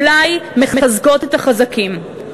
אולי מחזקות את החזקים?